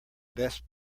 best